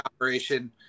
operation